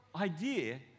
idea